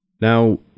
Now